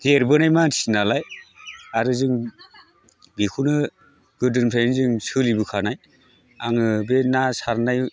देरबोनाय मानसि नालाय आरो जों बिखौनो गोदोनिफ्रायनो जों सोलिबोखानाय आङो बे ना सारनाय हुदाखौ